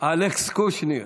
אלכס קושניר,